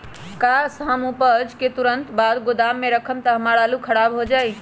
का हम उपज के तुरंत बाद गोदाम में रखम त हमार आलू खराब हो जाइ?